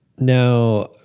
now